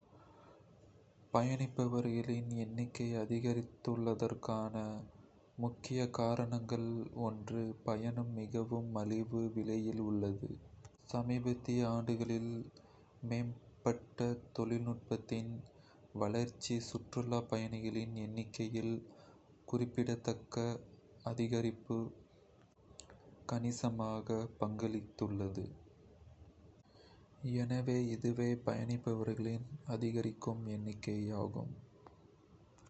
பயணிப்பவர்களின் எண்ணிக்கை அதிகரித்துள்ளதற்கான முக்கிய காரணங்களில் ஒன்று, பயணம் மிகவும் மலிவு விலையில் உள்ளது சமீபத்திய ஆண்டுகளில் மேம்பட்ட தொழில்நுட்பத்தின் வளர்ச்சி சுற்றுலாப் பயணிகளின் எண்ணிக்கையில் குறிப்பிடத்தக்க அதிகரிப்புக்கு கணிசமாக பங்களித்துள்ளது.